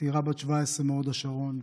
צעירה בת 17 מהוד השרון.